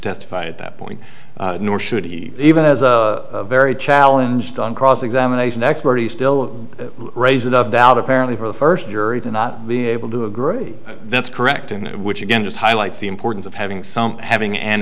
testify at that point nor should he even as a very challenge to on cross examination expertise still raise enough doubt apparently for the first jury to not be able to agree that's correct and which again just highlights the importance of having some having an